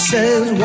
Says